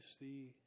see